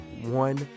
one